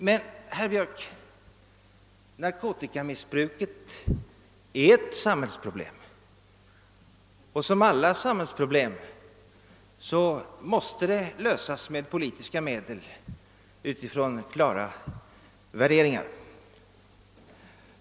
Men, herr Björck, narkotikamissbruket är ett samhällsproblem, och som alla samhällsproblem måste det lösas med politiska medel utifrån klara värderingar.